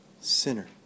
Sinner